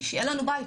שיהיה לנו בית.